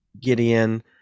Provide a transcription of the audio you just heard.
Gideon